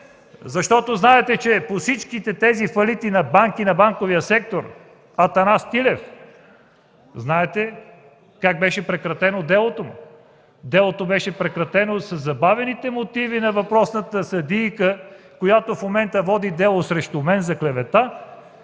защото знаете за всички тези фалити на банки, за фалитите в банковия сектор и Атанас Тилев. Знаете и как беше прекратено делото му. Делото беше прекратено заради забавените мотиви на въпросната съдийка, която в момента води дело срещу мен за клевета.